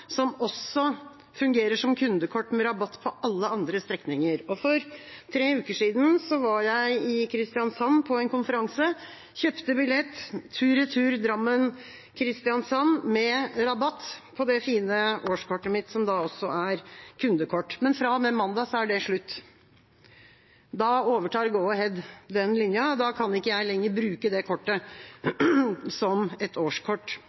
som også fungerer som kundekort med rabatt på alle andre strekninger. For tre uker siden var jeg i Kristiansand på en konferanse og kjøpte billett tur–retur Drammen–Kristiansand med rabatt på det fine årskortet mitt som også er kundekort. Men fra og med mandag er det slutt. Da overtar Go-Ahead den linja, og da kan ikke jeg lenger bruke det kortet som et årskort